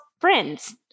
friends